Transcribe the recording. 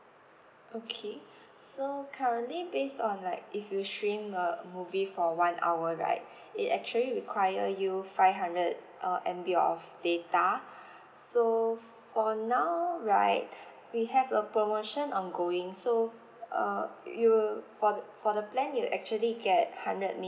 okay so currently based on like if you stream a movie for one hour right it actually require you five hundred uh M_B of data so for now right we have a promotion ongoing so uh you'll for the for the plan you actually get hundred